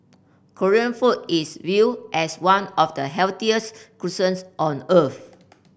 Korean food is viewed as one of the healthiest cuisines on earth